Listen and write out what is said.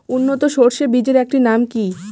উন্নত সরষে বীজের একটি নাম কি?